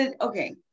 okay